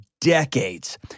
decades